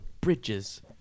bridges